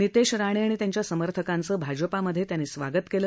नितेश राणे आणि त्यांच्या समर्थकांचं भाजपामध्ये त्यांनी स्वागत केलं